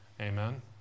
Amen